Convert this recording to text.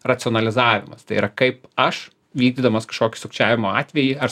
racionalizavimas tai yra kaip aš vykdydamas kažkokį sukčiavimo atvejį ar